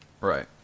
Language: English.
Right